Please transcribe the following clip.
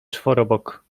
czworobok